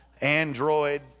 Android